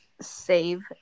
Save